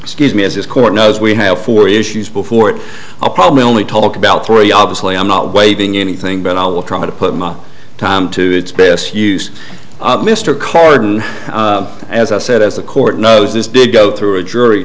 excuse me as this court knows we have four issues before it i'll probably only talk about three obviously i'm not waiving anything but i will try to put my time to its best use mr carden as i said as the court knows this big go through a jury